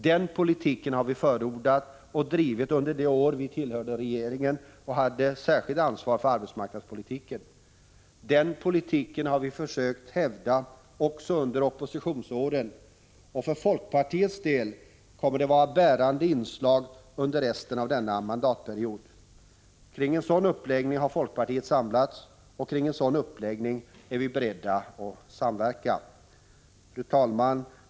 Den politiken har vi förordat och drivit under de år vi tillhörde regeringen och hade särskilt ansvar för arbetsmarknadspolitiken. Den politiken har vi försökt hävda också under oppositionsåren, och för folkpartiets del kommer det att vara bärande inslag också under resten av denna mandatperiod. Kring en sådan uppläggning har folkpartiet samlats och kring en sådan uppläggning är vi beredda att samverka. Fru talman!